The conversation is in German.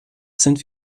sind